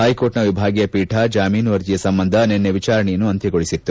ಹೈಕೋರ್ಟ್ನ ವಿಭಾಗೀಯ ಪೀಠ ಜಾಮೀನು ಅರ್ಜಿಯ ಸಂಬಂಧ ನಿನ್ನೆ ವಿಚಾರಣೆಯನ್ನು ಅಂತ್ಯಗೊಳಿಸಿತ್ತು